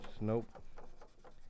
Nope